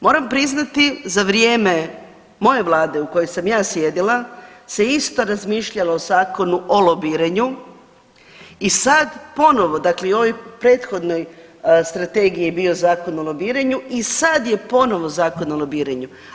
Moram priznati za vrijeme moje vlada u kojoj sam ja sjedila se isto razmišljalo o Zakonu o lobiranju i sad ponovo dakle i u ovoj prethodnoj strategiji je bio Zakon o lobiranju i sad je ponovo Zakon o lobiranju.